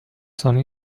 sunny